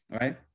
right